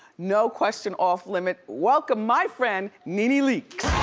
no question off limit, welcome my friend, nene leakes.